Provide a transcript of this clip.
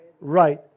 right